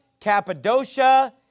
Cappadocia